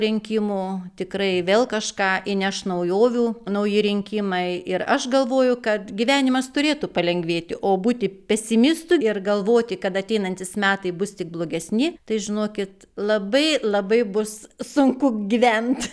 rinkimų tikrai vėl kažką įneš naujovių nauji rinkimai ir aš galvoju kad gyvenimas turėtų palengvėti o būti pesimistu ir galvoti kad ateinantys metai bus tik blogesni tai žinokit labai labai bus sunku gyvent